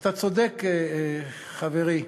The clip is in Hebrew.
אתה צודק, חברי.